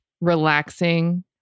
relaxing